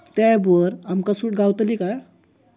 त्या ऍपवर आमका सूट गावतली काय?